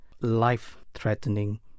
life-threatening